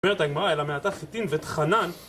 אומרת הגמרא אלא ״מעתה חיטין וטחנן״